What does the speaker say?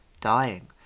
dying